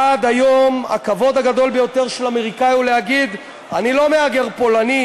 עד היום הכבוד הגדול ביותר של אמריקני הוא להגיד: אני לא מהגר פולני,